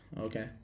Okay